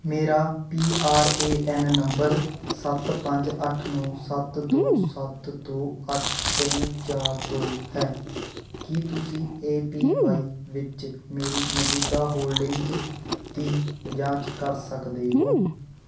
ਮੇਰਾ P R A N ਨੰਬਰ ਸੱਤ ਪੰਜ ਅੱਠ ਨੌਂ ਸੱਤ ਦੋ ਸੱਤ ਦੋ ਅੱਠ ਤਿੰਨ ਚਾਰ ਦੋ ਹੈ ਕੀ ਤੁਸੀਂ ਏ ਪੀ ਵਾਈ ਵਿੱਚ ਮੇਰੀ ਮੌਜੂਦਾ ਹੋਲਡਿੰਗਜ਼ ਦੀ ਜਾਂਚ ਕਰ ਸਕਦੇ ਹੋ